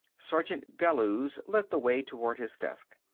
sergeant bellews led the way toward his desk.